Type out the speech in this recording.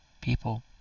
people